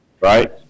Right